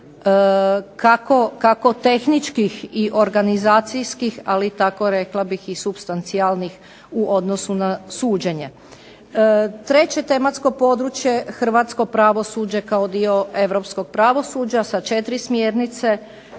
kako tehničkih i organizacijskih, ali tako rekla bih i supstancijalnih u odnosu na suđenje. Treće tematsko područje hrvatsko pravosuđe kao dio europskog pravosuđa sa 4 smjernice.